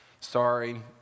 Sorry